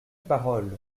parole